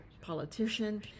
politician